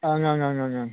ओं ओं